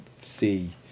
see